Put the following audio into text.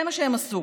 זה מה שהם עשו.